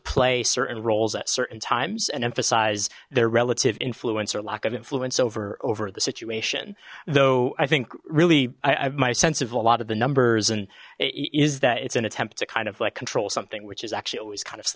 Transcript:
play certain roles at certain times and emphasize their relative influence or lack of influence over over the situation though i think really my sense of a lot of the numbers and is that it's an attempt to kind of like control something which is actually always kind of